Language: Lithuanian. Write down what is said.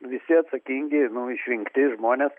visi atsakingi išrinkti žmonės